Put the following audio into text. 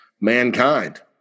mankind